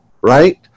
right